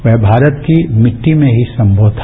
वह भारत की मिट्टी में ही संगव था